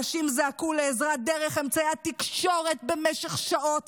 אנשים זעקו לעזרה דרך אמצעי התקשורת במשך שעות,